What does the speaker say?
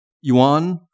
yuan